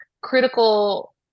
critical